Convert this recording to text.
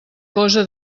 cosa